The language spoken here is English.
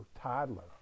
toddler